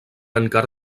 encara